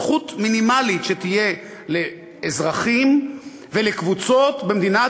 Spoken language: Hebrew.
מינימלית שתהיה לאזרחים ולקבוצות במדינת